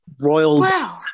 Royal